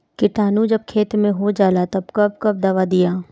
किटानु जब खेत मे होजाला तब कब कब दावा दिया?